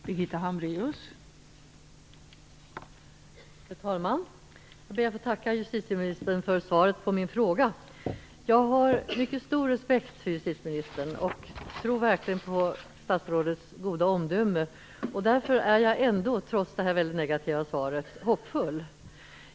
Fru talman! Jag ber att få tacka justitieministern för svaret på min fråga. Jag har mycket stor respekt för justitieministern, och jag tror verkligen på statsrådets goda omdöme. Därför är jag, trots det väldigt negativa svaret, hoppfull.